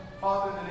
Father